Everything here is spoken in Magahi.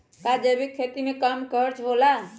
का जैविक खेती में कम खर्च होला?